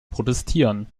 protestieren